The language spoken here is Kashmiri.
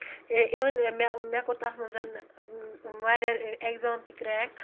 اِوٕن مےٚ مےٚ کوٚر تَتھ منٛز واریاہ اٮ۪کزام تہِ کریک